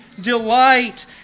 delight